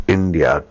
India